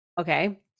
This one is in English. Okay